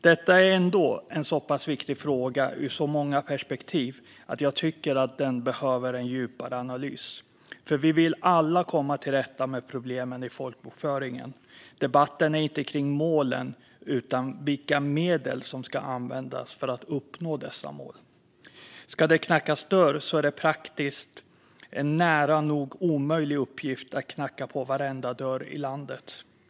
Detta är ändå en så pass viktig fråga ur så många perspektiv att jag tycker att den behöver en djupare analys. Vi vill ju alla komma till rätta med problemen i folkbokföringen. Debatten handlar inte om målen utan om vilka medel som ska användas för att uppnå dessa mål. Ska det knackas dörr är det praktiskt taget en nära nog omöjlig uppgift att knacka på varenda dörr i landet.